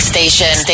Station